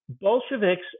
Bolsheviks